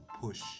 push